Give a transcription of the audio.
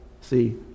See